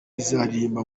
izaririmba